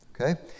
Okay